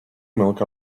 milk